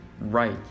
right